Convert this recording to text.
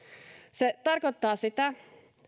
se tarkoittaa sitä